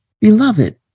Beloved